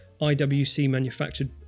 IWC-manufactured